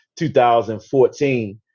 2014